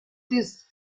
this